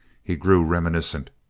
he grew reminiscent.